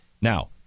Now